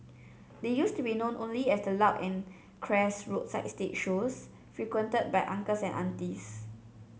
they used to be known only as the loud and crass roadside stage shows frequented by uncles and aunties